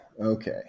Okay